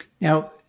Now